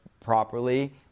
properly